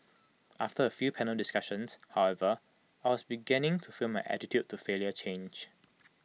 after A few panel discussions however I was beginning to feel my attitude to failure change